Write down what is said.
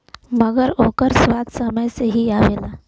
मगर ओकर स्वाद समय से ही आवला